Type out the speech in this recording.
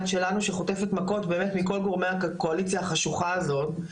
שלנו שחוטפת מכות באמת מכל גורמי הקואליציה החשוכה הזאת,